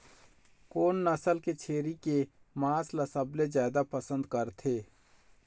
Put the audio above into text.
कोन नसल के छेरी के मांस ला सबले जादा पसंद करथे?